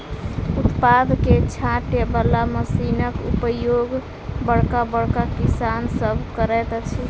उत्पाद के छाँटय बला मशीनक उपयोग बड़का बड़का किसान सभ करैत छथि